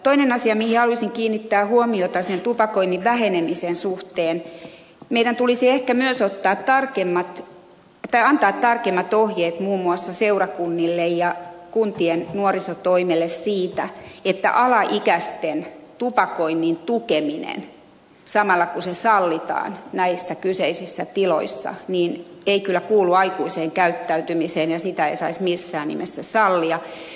toinen asia mihin haluaisin kiinnittää huomiota tupakoinnin vähenemisen suhteen on että meidän tulisi ehkä myös antaa tarkemmat ohjeet muun muassa seurakunnille ja kuntien nuorisotoimelle siitä että alaikäisten tupakoinnin tukeminen samalla kun se sallitaan näiden kyseisten tahojen tiloissa ei kyllä kuulu aikuiseen käyttäytymiseen ja sitä ei saisi missään nimessä sallia